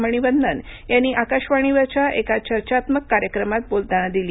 मणीवन्नन यांनी आकाशवाणीवरच्या एका चर्चात्मक कार्यक्रमात बोलताना दिली